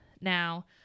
Now